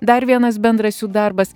dar vienas bendras jų darbas